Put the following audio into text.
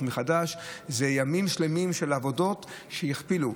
מחדש זה ימים שלמים של עבודות שהכפילו.